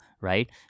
right